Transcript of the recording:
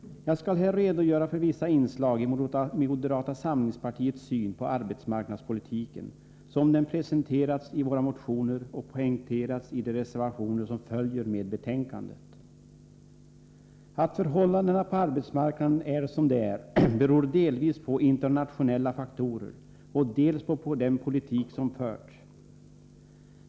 Jag skall här redogöra för vissa inslag i moderata samlingspartiets syn på arbetsmarknadspolitiken, som den presenterats i våra motioner och poängterats i de reservationer som följer med betänkandet. Att förhållandena på arbetsmarknaden är som de är beror dels på internationella faktorer, dels på den politik som förts.